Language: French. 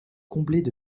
comblaient